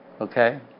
okay